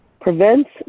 Prevents